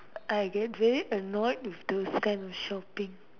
I get very annoyed with those kind of shopping